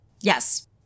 Yes